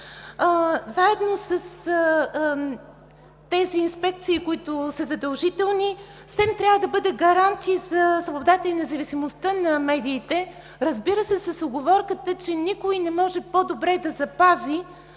Заедно с тези инспекции, които са задължителни, СЕМ трябва да бъде гарант и за свободата и независимостта на медиите. Разбира се, с уговорката, че никой не може по-добре да запази